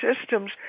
systems